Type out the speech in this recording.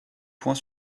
points